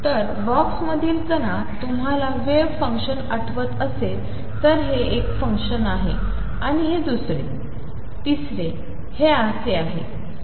तर बॉक्समधील कणात तुम्हाला वेव्ह फंक्शन आठवत असेल तर हे एक फंक्शन आहे आणि हे दुसरे तिसरे हे असे आहे